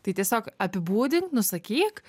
tai tiesiog apibūdink nusakyk